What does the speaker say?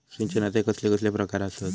सिंचनाचे कसले कसले प्रकार आसत?